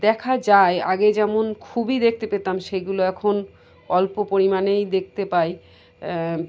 দেখা যায় আগে যেমন খুবই দেখতে পেতাম সেইগুলো এখন অল্প পরিমাণেই দেখতে পাই